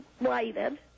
lighted